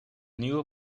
nieuwe